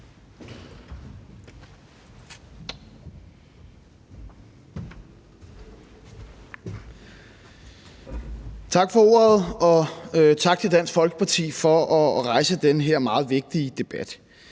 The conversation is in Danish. Tak for ordet, og tak til Dansk Folkeparti for at rejse den her meget vigtige debat.